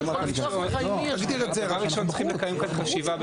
צריך לקיים כאן חשיבה.